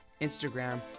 Instagram